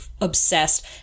obsessed